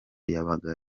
yabaga